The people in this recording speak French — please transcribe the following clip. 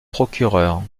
procureur